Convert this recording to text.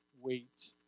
Wait